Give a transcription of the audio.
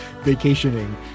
vacationing